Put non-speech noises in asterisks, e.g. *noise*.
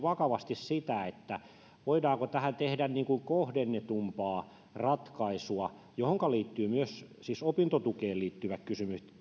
*unintelligible* vakavasti sitä voidaanko tähän tehdä kohdennetumpaa ratkaisua johonka liittyvät siis myös opintotukeen liittyvät kysymykset